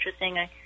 interesting